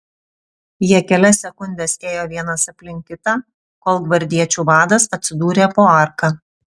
jie kelias sekundes ėjo vienas aplink kitą kol gvardiečių vadas atsidūrė po arka